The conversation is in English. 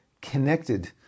connected